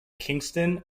kingston